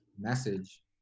message